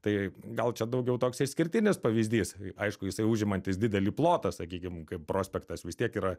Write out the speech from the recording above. tai gal čia daugiau toks išskirtinis pavyzdys aišku jisai užimantis didelį plotą sakykim kaip prospektas vis tiek yra